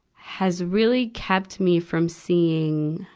has really kept me from seeing,